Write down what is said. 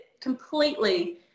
completely